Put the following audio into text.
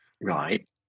Right